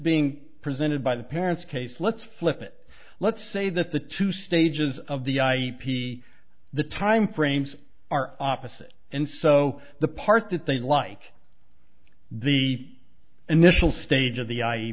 being presented by the parents case let's flip it let's say that the two stages of the i a p t the time frames are opposite and so the part that they like the initial stage of the i